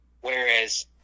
whereas